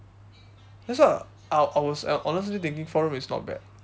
that's why I I was honestly thinking four room is not bad